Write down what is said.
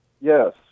Yes